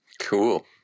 Cool